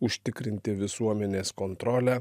užtikrinti visuomenės kontrolę